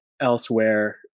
elsewhere